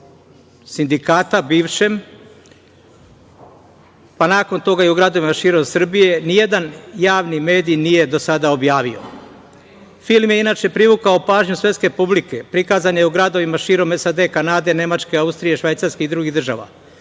Sindikata, bivšem, pa nakon toga i u gradovima širom Srbije, nijedan javni medij nije do sada objavio. Film je inače privukao pažnju svetske publike. Prikazan je u gradovima širom SAD, Kanade, Nemačke, Austrije, Švajcarske i drugih država,